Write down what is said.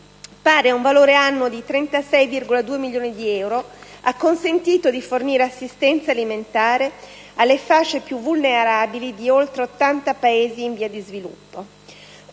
pari ad un valore annuo di 36,2 milioni di euro, ha consentito di fornire assistenza alimentare alle fasce più vulnerabili di oltre 80 Paesi in via di sviluppo.